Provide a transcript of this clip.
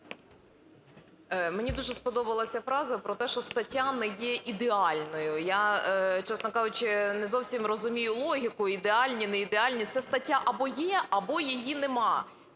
Мені дуже сподобалася фраза про те, що стаття не є ідеальною. Я, чесно кажучи, не зовсім розумію логіку: ідеальні, неідеальні. Ця стаття або є, або її нема.